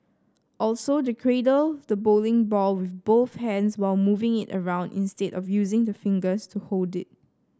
also cradle the bowling ball with both hands while moving it around instead of using the fingers to hold it